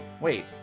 wait